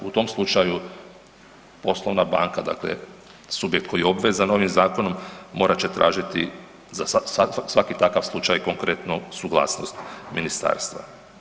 U tom slučaju poslovna banka, dakle subjekt koji je obvezan ovim zakonom, morat će tražiti za svaki takav slučaj konkretno suglasnost Ministarstva.